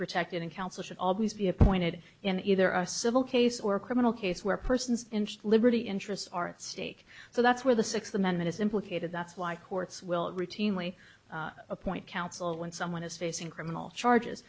protected and counsel should always be appointed in either a civil case or a criminal case where a person's interest liberty interests are at stake so that's where the sixth amendment is implicated that's why courts will routinely appoint counsel when someone is facing criminal charges